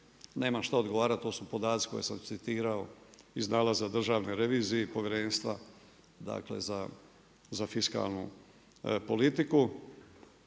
nema što odgovarati, to su podaci koje sam citirao iz nalaza Državne revizije i Povjerenstva za fiskalnu politiku.